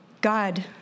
God